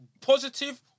positive